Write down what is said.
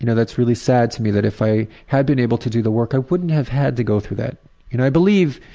you know that's really sad to me, that if i had been able to do the work, i wouldn't have had to go through that. and you know i believe,